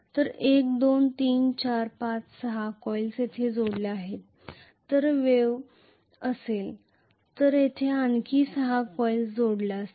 तर 1 2 3 4 5 6 कॉइल्स येथे जोडल्या जातील जर वेव्ह विंडींग असेल तर येथे आणखी 6 कॉइल्स जोडल्या जातील